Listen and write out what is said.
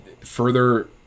further